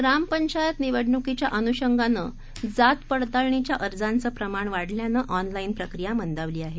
ग्रामपंचायत निवडणुकीच्या अनुषंगानं जात पडताळणीच्या अर्जांचं प्रमाण वाढल्यानं ऑनलाईन प्रक्रिया मंदावली आहे